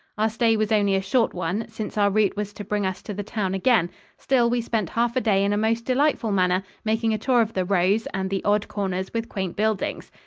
our stay was only a short one, since our route was to bring us to the town again still, we spent half a day in a most delightful manner, making a tour of the rows and the odd corners with quaint buildings.